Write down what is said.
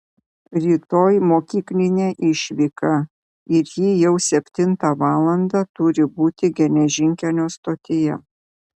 rytoj mokyklinė išvyka ir ji jau septintą valandą turi būti geležinkelio stotyje